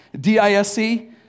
D-I-S-C